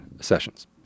sessions